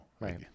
Right